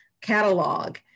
catalog